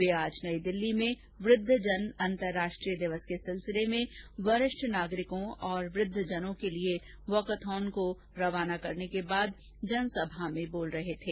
वे आज नई दिल्ली में वृद्धजन अंतर्राष्ट्रीय दिवस के सिलसिले में वरिष्ठ नागरिकों और वृद्वजनों के लिए वाकाथॉन को रवाना करने के बाद जनसभा को संबोधित कर रहे थे